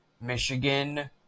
Michigan